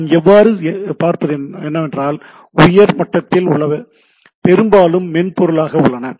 நாம் பார்ப்பது என்னவென்றால் உயர் மட்டத்தில் உள்ளவை பெரும்பாலும் மென்பொருளாக உள்ளன